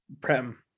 Prem